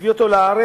מביא אותם לארץ,